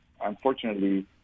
unfortunately